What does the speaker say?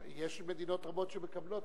יש מדינות רבות שמקבלות.